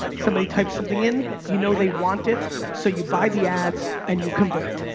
somebody types something in, you know they want it. so you buy the ads and you convert.